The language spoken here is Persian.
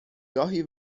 گاهی